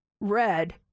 red